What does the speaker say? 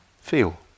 Feel